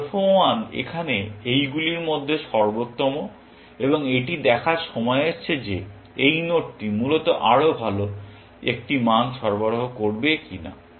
alpha 1 এখানে এইগুলির মধ্যে সর্বোত্তম এবং এটি দেখার সময় এসেছে যে এই নোডটি মূলত আরো ভাল একটি মান সরবরাহ করবে কিনা